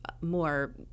more